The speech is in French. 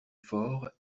fort